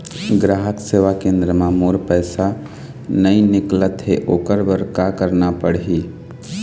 ग्राहक सेवा केंद्र म मोर पैसा नई निकलत हे, ओकर बर का करना पढ़हि?